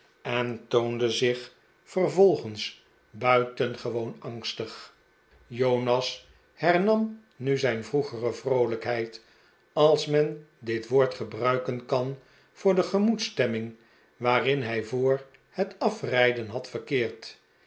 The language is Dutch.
en toonde zich vervolgens buitengewoon angstig jonas hernam nu zijn vroegere vroolijkheid als men dit woord gebruiken kan voor de gemoedsstemming waarin hij voor het afrijden had verkeerd